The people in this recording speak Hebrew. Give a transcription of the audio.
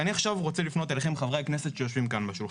אני רוצה לפנות לחברי הכנסת שיושבים כאן בשולחן.